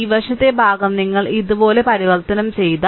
ഈ വശത്തെ ഭാഗം ഞങ്ങൾ ഇതുപോലെ പരിവർത്തനം ചെയ്തു